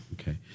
Okay